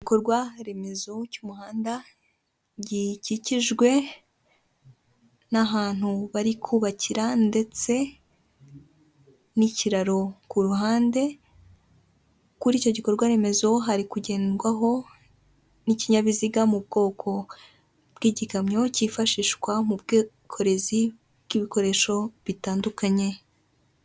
Igikorwa remezo cy'umuhanda gikikijwe n'ahantu bari kubakira ndetse n'ikiraro ku ruhande, kuri icyo gikorwa remezo hari kugendwaho n'ikinyabiziga mu bwoko bw'igikamyo cyifashishwa mu bwikorezi bw'ibikoresho bitandukanye.